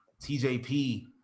TJP